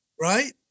Right